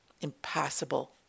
impossible